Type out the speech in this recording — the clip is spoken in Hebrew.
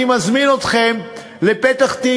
אני מזמין אתכם לפתח-תקווה,